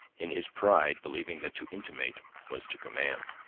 in his pride believing that to intimate was to command.